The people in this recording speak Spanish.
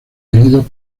elegidos